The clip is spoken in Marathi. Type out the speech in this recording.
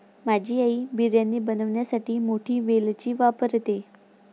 माझी आई बिर्याणी बनवण्यासाठी मोठी वेलची वापरते